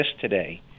today